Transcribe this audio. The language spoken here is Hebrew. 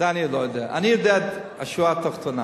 אני יודע את השורה התחתונה,